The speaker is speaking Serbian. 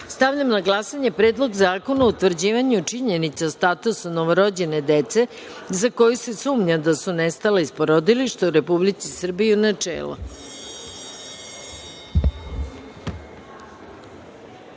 sreću. Stavljam na glasanje Predlog zakona o utvrđivanju činjenica o statusu novorođene dece, za koju se sumnja da su nestala iz porodilišta u Republici Srbiji, u